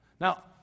Now